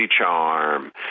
charm